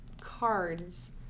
cards